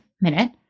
minute